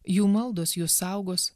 jų maldos jus saugos